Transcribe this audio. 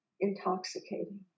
Intoxicating